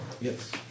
Yes